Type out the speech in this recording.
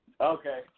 Okay